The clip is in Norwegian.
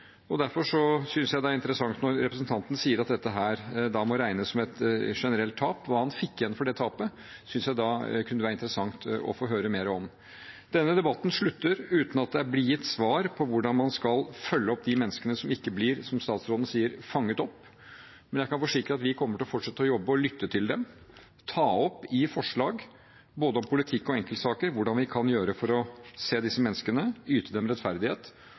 Derfor synes jeg det er interessant når representanten sier at dette må regnes som et generelt tap. Hva han fikk igjen for det tapet, synes jeg det kunne være interessant å få høre mer om. Denne debatten slutter uten at det er gitt svar på hvordan man skal følge opp de menneskene som ikke blir – som statsråden sier – fanget opp. Men jeg kan forsikre om at vi kommer til å fortsette å jobbe og å lytte til dem, ta opp i forslag – både om politikk og om enkeltsaker – hva vi kan gjøre for å se disse menneskene, yte dem rettferdighet,